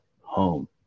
home